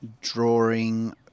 drawing